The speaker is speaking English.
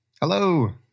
Hello